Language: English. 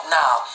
now